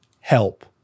help